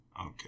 Okay